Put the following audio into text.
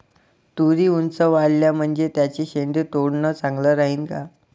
तुरी ऊंच वाढल्या म्हनजे त्याचे शेंडे तोडनं चांगलं राहीन का?